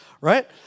Right